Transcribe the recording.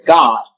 God